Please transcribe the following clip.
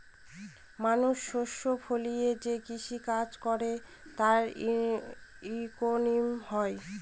মানুষ শস্য ফলিয়ে যে কৃষি কাজ করে তার ইকোনমি হয়